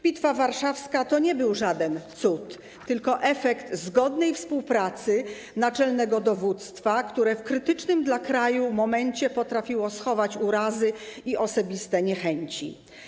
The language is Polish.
Bitwa Warszawska to nie był żaden cud, tylko to był efekt zgodnej współpracy naczelnego dowództwa, które w krytycznym dla kraju momencie potrafiło schować urazy i osobiste niechęci.